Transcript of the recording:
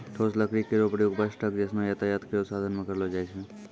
ठोस लकड़ी केरो प्रयोग बस, ट्रक जैसनो यातायात केरो साधन म करलो जाय छै